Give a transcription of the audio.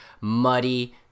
muddy